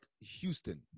Houston